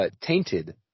tainted